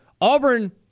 Auburn